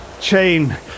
chain